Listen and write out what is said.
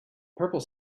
purple